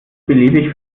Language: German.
beliebig